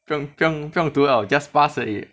不用不用不用读了 just pass 而已